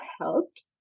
helped